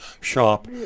shop